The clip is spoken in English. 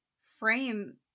frame